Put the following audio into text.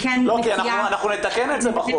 אנחנו נתקן את זה בחוק.